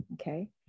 Okay